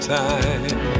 time